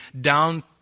down